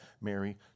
Mary